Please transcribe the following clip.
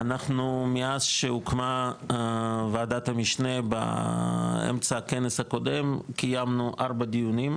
אנחנו מאז שהוקמה ועדת המשנה באמצע הכנס הקודם קיימנו ארבעה דיונים,